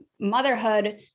motherhood